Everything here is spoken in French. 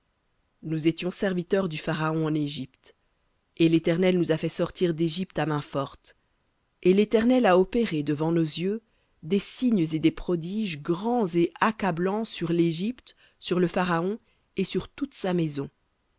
nous étions serviteurs du pharaon en égypte et l'éternel nous a fait sortir d'égypte à main forte et l'éternel a opéré devant nos yeux des signes et des prodiges grands et accablants sur l'égypte sur le pharaon et sur toute sa maison